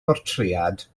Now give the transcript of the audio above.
bortread